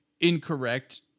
incorrect